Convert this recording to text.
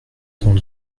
temps